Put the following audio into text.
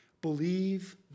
believe